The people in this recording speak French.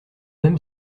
même